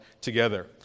together